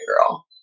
Girl